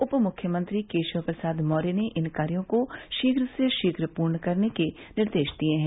उप मुख्यमंत्री केशव प्रसाद मौर्य ने इन कार्यों को शीघ्र से शीघ्र पूर्ण करने के निर्देश दिए हैं